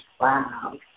Wow